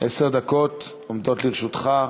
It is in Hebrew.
עשר דקות עומדות לרשותך.